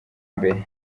mbere